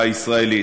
הישראלית.